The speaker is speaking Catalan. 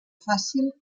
fàcil